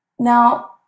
Now